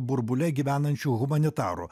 burbule gyvenančių humanitarų